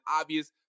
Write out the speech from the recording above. obvious